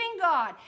God